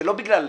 לא בגלל זה.